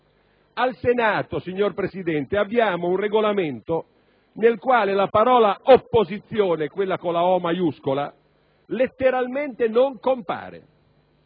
al Senato, signor Presidente, abbiamo un Regolamento nel quale la parola «Opposizione», quella con la «O» maiuscola, letteralmente non compare.